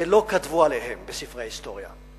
ולא כתבו עליהם בספרי ההיסטוריה.